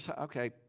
okay